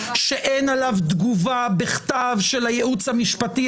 שאין עליו תגובה בכתב של הייעוץ המשפטי,